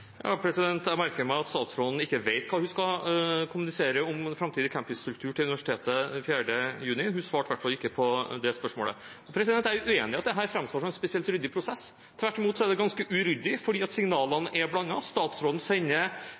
Jeg merker meg at statsråden ikke vet hva hun skal kommunisere om den framtidige campusstrukturen til universitetet 4. juni. Hun svarte i hvert fall ikke på det spørsmålet. Jeg er uenig i at dette framstår som en spesielt ryddig prosess. Tvert imot er det ganske uryddig, fordi signalene er blandet: Statsråden sender